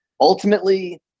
ultimately